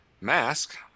Mask